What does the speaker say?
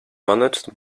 managed